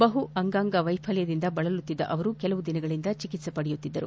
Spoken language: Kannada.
ಬಹು ಅಂಗಾಂಗ ವೈಫಲ್ಲದಿಂದ ಬಳಲುತ್ತಿದ್ದ ಅವರು ಕೆಲ ದಿನಗಳಿಂದ ಚಿಕಿತ್ತೆ ಪಡೆಯುತ್ತಿದ್ದರು